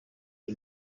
iyi